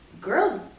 Girls